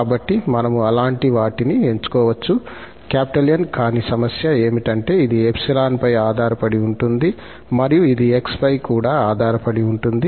కాబట్టి మనము అలాంటి వాటిని ఎంచుకోవచ్చు 𝑁 కానీ సమస్య ఏమిటంటే ఇది 𝜖 పై ఆధారపడి ఉంటుంది మరియు ఇది 𝑥 పై కూడా ఆధారపడి ఉంటుంది